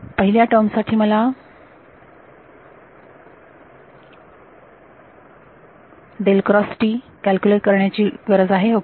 पहिल्या टर्मसाठी मला कॅल्क्युलेट करण्याची गरज आहे ओके